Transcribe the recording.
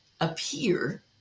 appear